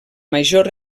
major